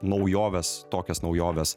naujoves tokias naujoves